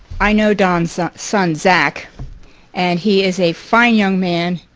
i know don's son zach and he is a fine young man.